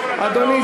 האחרון,